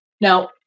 Now